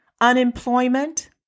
unemployment